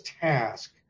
task